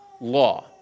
law